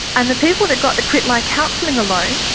and the people that got the quitline counselling alone,